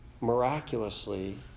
miraculously